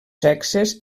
sexes